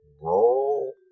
Roll